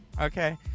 Okay